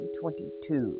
2022